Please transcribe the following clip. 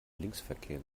linksverkehr